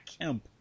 Kemp